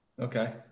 Okay